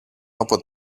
από